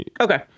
Okay